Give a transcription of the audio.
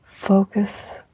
focus